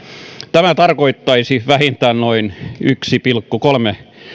tämä tarkoittaisi vähintään noin yksi pilkku kolme